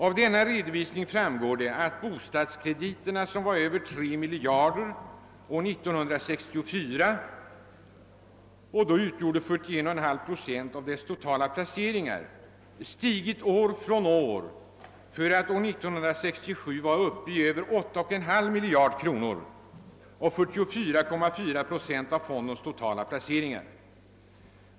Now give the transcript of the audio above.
Av denna redovisning framgår att bostadskrediterna, som år 1964 uppgick till över 3 miljarder kronor och då utgjorde 41,5 procent av allmänna pensionsfondens totala placeringar, stigit år från år för att 1967 vara uppe i över 8,5 miljarder kronor och 44,4 procent av fondens totala placeringar.